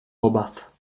obaw